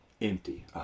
empty